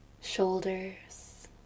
shoulders